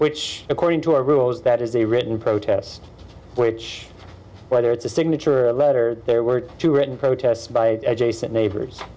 which according to our rules that is a written protest which whether it's a signature or a letter there were two written protest by adjacent neighbors